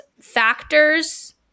factors